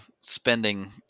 spending